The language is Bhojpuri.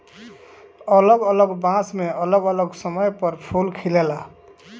अलग अलग बांस मे अलग अलग समय पर फूल खिलेला